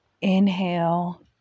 inhale